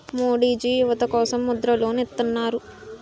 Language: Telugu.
మోడీజీ యువత కోసం ముద్ర లోన్ ఇత్తన్నారు